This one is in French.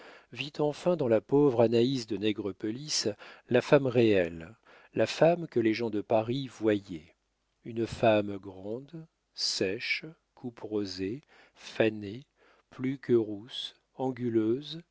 vit enfin dans la pauvre anaïs de nègrepelisse la femme réelle la femme que les gens de paris voyaient une femme grande sèche couperosée fanée plus que rousse anguleuse